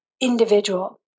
individual